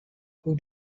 who